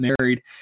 married